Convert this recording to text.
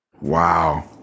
wow